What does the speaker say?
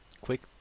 quick